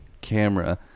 camera